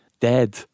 dead